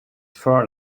fur